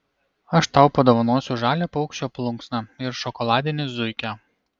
aš tau padovanosiu žalią paukščio plunksną ir šokoladinį zuikį